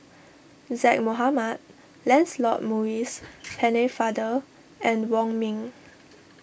Zaqy Mohamad Lancelot Maurice Pennefather and Wong Ming